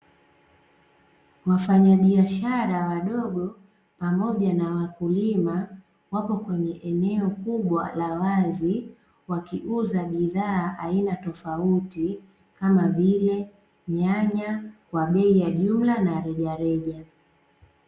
Wafanyabiashara wadogo pamoja na wakulima wapo kwenye eneo kubwa la wazi wakiuza bidhaa za aina tofauti kama vile nyanya kwa bei ya jumla na rejareja.